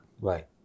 Right